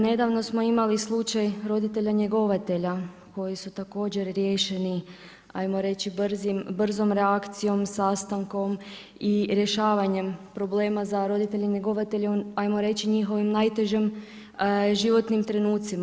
Nedavno smo imali slučaj roditelja njegovatelja koji su također riješeni ajmo reći brzom reakcijom, sastankom i rješavanjem problema za roditelje njegovatelje, ajmo reći u njihovim najtežim životnim trenutcima.